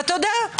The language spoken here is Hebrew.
ואתה יודע?